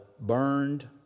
burned